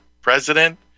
president